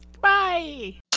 Bye